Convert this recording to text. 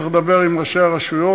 צריך לדבר עם ראשי הרשויות.